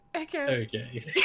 Okay